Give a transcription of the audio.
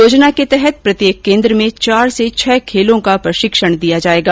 योजना के तहत प्रत्येक केन्द्र में चार से छह खेलों का प्रशिक्षण दिया जाएगा